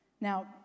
now